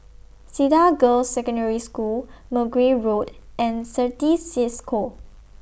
Cedar Girls' Secondary School Mergui Road and Certis CISCO